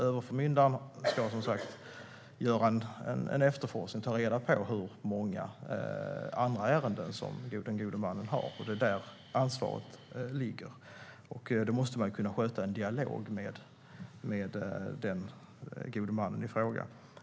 Överförmyndaren ska efterforska hur många andra ärenden som den gode mannen har. Det är där ansvaret ligger. Det måste skötas i en dialog med den gode mannen i fråga.